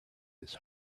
his